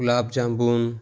gulab jamun